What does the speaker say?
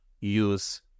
use